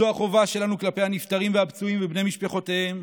זו החובה שלנו כלפי הנפטרים והפצועים ובני משפחותיהם,